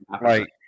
Right